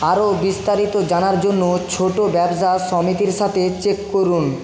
আরও বিস্তারিত জানার জন্য ছোটো ব্যবসা সমিতির সাথে চেক করুন